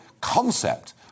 concept